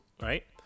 right